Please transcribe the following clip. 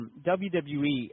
WWE